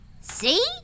See